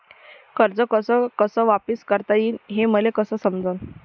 कर्ज कस कस वापिस करता येईन, हे मले कस समजनं?